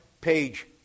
page